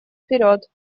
вперед